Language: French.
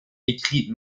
écrit